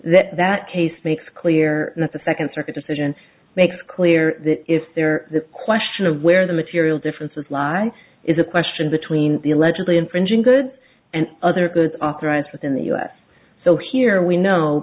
that that case makes clear that the second circuit decision makes clear that if there the question of where the material differences lie is a question between the allegedly infringing goods and other goods authorized within the us so here we know